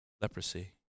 leprosy